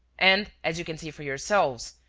and, as you can see for yourselves,